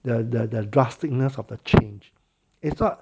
the the the drastic-ness of the change it's what